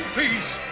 peace